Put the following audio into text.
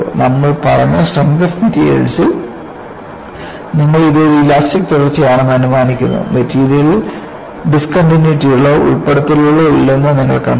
നമ്മൾ പറഞ്ഞ strength of മെറ്റീരിയൽസ്ൽ നിങ്ങൾ ഇത് ഒരു ഇലാസ്റ്റിക് തുടർച്ചയാണെന്ന് അനുമാനിക്കുന്നു മെറ്റീരിയലിൽ ഡിസ്കണ്ടിന്യൂയിറ്റികളോ ഉൾപ്പെടുത്തലുകളോ ഇല്ലെന്ന് നിങ്ങൾ കണ്ടെത്തി